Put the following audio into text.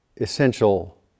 essential